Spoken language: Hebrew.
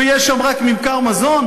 ויש שם רק ממכר מזון?